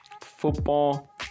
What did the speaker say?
Football